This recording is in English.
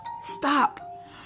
stop